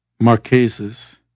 Marquesas